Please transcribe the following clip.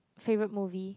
favorite movie